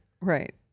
Right